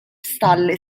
stalle